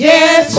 Yes